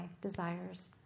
desires